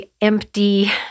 empty